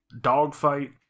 dogfight